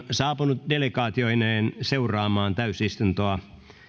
saapunut delegaatioineen seuraamaan täysistuntoa